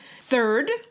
Third